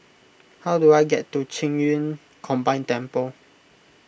how do I get to Qing Yun Combined Temple